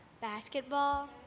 Basketball